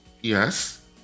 Yes